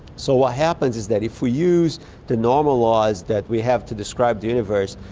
so what happens is that if we use the normal laws that we have to describe the universe,